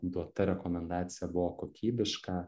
duota rekomendacija buvo kokybiška